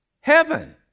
heaven